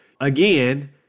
Again